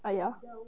!aiya!